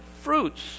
fruits